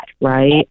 right